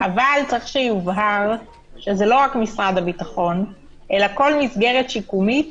אבל צריך שיובהר שזה לא רק משרד הביטחון אלא כל מסגרת שיקומית